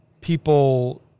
people